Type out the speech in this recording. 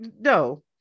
No